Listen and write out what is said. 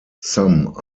some